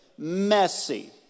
Messy